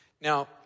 Now